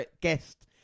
guest